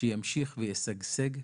שימשיך וישגשג,